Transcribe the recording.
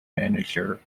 manager